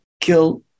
kill